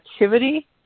activity